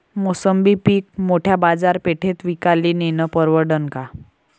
मोसंबी पीक मोठ्या बाजारपेठेत विकाले नेनं परवडन का?